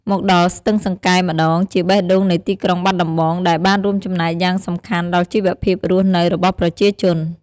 មកដល់ស្ទឹងសង្កែម្តងជាបេះដូងនៃទីក្រុងបាត់ដំបង ដែលបានរួមចំណែកយ៉ាងសំខាន់ដល់ជីវភាពរស់នៅរបស់ប្រជាជន។